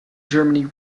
germany